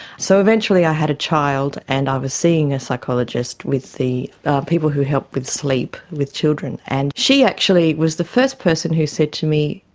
so eventually i had a child, and i was seeing a psychologist with the people who help with sleep with children, and she actually was the first person who said to me,